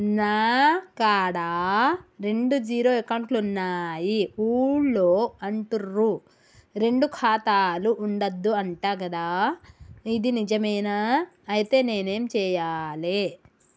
నా కాడా రెండు జీరో అకౌంట్లున్నాయి ఊళ్ళో అంటుర్రు రెండు ఖాతాలు ఉండద్దు అంట గదా ఇది నిజమేనా? ఐతే నేనేం చేయాలే?